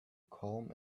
calm